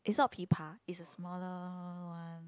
is not pi-pa is a smaller one